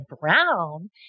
brown